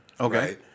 Okay